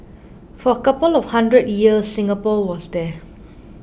for a couple of hundred years Singapore was there